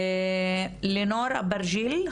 לינור אברגל,